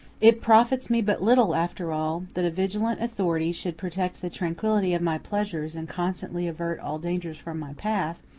it profits me but little, after all, that a vigilant authority should protect the tranquillity of my pleasures and constantly avert all dangers from my path,